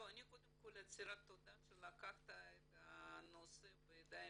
אני קודם כל אסירת תודה שלקחת את הנושא בידיך,